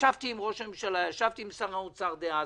ישבתי עם ראש הממשלה, ישבתי עם שר האוצר דאז,